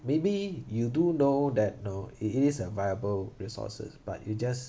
maybe you do know that you know it is a viable resources but you just